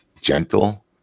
gentle